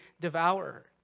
devour